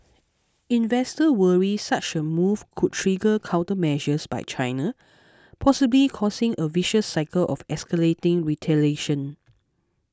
investors worry such a move could trigger countermeasures by China possibly causing a vicious cycle of escalating retaliation